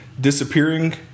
disappearing